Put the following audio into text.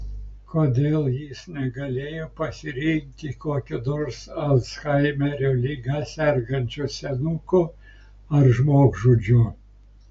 kodėl jis negalėjo pasirinkti kokio nors alzhaimerio liga sergančio senuko ar žmogžudžio